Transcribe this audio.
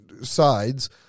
sides